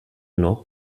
noch